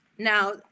Now